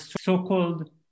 so-called